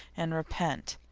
and repent.